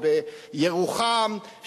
או בירוחם,